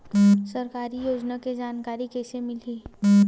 सरकारी योजना के जानकारी कइसे मिलही?